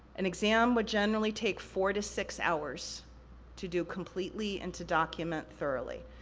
an exam would generally take four to six hours to do completely, and to document thoroughly,